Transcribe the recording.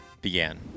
began